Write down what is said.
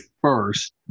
first